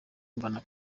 mbona